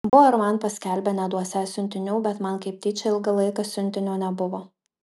buvo ir man paskelbę neduosią siuntinių bet man kaip tyčia ilgą laiką siuntinio nebuvo